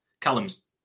Callum's